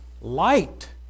light